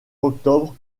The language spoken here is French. octobre